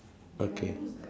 okay